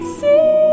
see